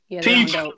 Teach